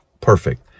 perfect